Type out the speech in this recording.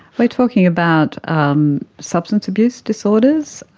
were talking about um substance abuse disorders,